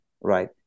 Right